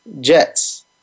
Jets